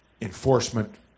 enforcement